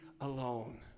alone